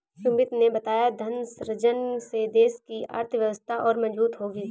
सुमित ने बताया धन सृजन से देश की अर्थव्यवस्था और मजबूत होगी